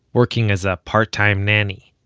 working as a part-time nanny.